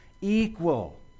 equal